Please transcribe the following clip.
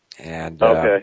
Okay